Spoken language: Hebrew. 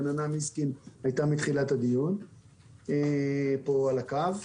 רננה מיסקין הייתה פה מתחילת הדיון על הקו.